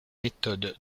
méthodes